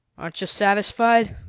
aren't you satisfied?